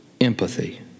empathy